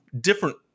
different